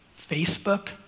Facebook